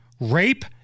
rape